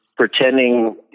pretending